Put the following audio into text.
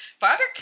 Father